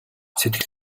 сэтгэл